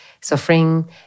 suffering